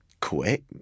quick